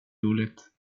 roligt